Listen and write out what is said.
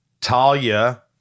Talia